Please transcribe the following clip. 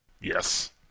Yes